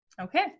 Okay